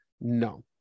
no